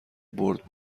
برد